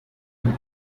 him